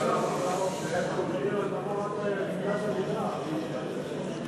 נקווה שבעזרת השם תהיה פה מדינה יהודית ודמוקרטית על-ידי משיח